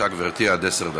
רבותי, חבר הכנסת חזן,